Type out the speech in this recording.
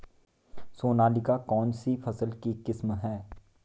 सोनालिका कौनसी फसल की किस्म है?